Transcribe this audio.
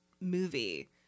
movie